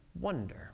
wonder